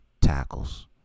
tackles